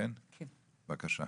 בבקשה.